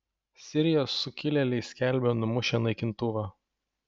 sirijos sukilėliai skelbia numušę naikintuvą